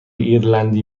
ایرلندی